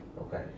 Okay